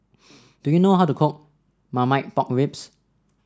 do you know how to cook Marmite Pork Ribs